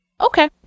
okay